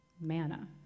Manna